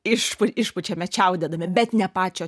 išpu išpučiame čiaudėdami bet ne pačio